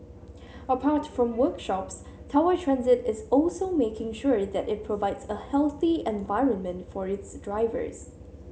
apart from workshops Tower Transit is also making sure that it provides a healthy environment for its drivers